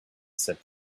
said